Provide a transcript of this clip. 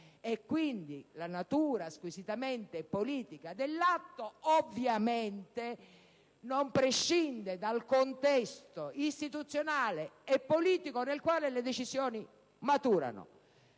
politica. La natura squisitamente politica dell'atto ovviamente non prescinde dal contesto istituzionale e politico nel quale le decisioni maturano